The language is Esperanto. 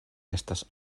estas